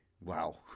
wow